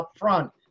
upfront